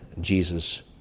Jesus